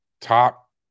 top